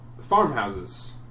farmhouses